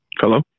Hello